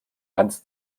hans